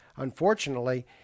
unfortunately